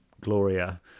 Gloria